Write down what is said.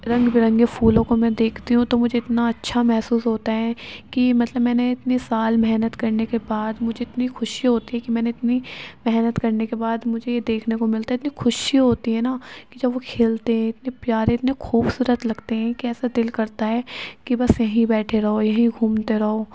رنگ برنگے پھولوں کو میں دیکھتی ہوں تو مجھے اتنا اچھا محسوس ہوتا ہے کہ مطلب میں نے اتنے سال محنت کرنے کے بعد مجھے اتنی خوشی ہوتی ہے کہ میں نے اتنی محنت کرنے کے بعد مجھے یہ دیکھنے کو ملتا ہے اتنی خوشی ہوتی ہے نا کہ جب وہ کھلتے ہیں اتنے پیارے اتنے خوبصورت لگتے ہیں کہ ایسا دل کرتا ہے کہ بس یہیں بیٹھے رہو اور یہیں گھومتے رہو